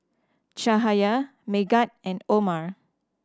Cahaya Megat and Omar